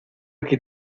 que